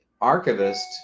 archivist